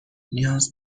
نیاز